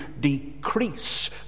decrease